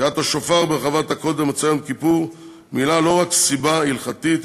תקיעת השופר ברחבת הכותל במוצאי יום כיפור מילאה לא רק תפקדי הלכתי,